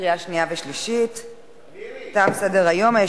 עשרה בעד, אין מתנגדים, אין נמנעים.